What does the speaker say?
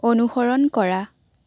অনুসৰণ কৰা